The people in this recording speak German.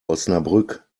osnabrück